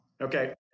Okay